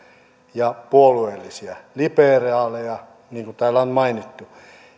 ja puolueellisia liberaaleja niin kuin täällä on mainittu